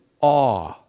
awe